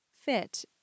fit